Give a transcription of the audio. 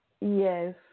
Yes